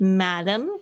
madam